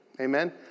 amen